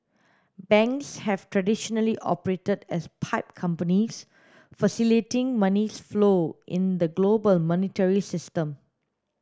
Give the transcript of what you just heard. banks have traditionally operated as pipe companies facilitating money flows in the global monetary system